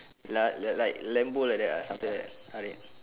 lah like like Lambo like that ah something like that R eight